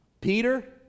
Peter